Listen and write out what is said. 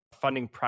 funding